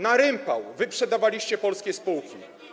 na rympał wyprzedawaliście polskie spółki?